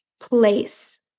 place